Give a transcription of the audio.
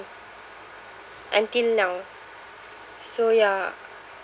until now so ya